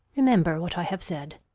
remember what i have said.